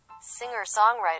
Singer-songwriter